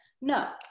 no